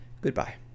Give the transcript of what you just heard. Goodbye